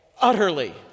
utterly